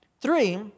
Three